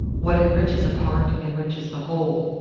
what enriches a part enriches the whole.